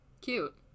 Cute